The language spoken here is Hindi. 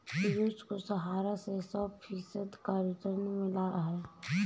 पियूष को सहारा से सौ फीसद का रिटर्न मिला है